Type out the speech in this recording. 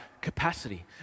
capacity